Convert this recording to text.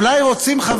אולי רוצים חברי הממשלה,